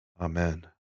Amen